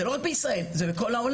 זה לא רק בישראל, זה בכל העולם.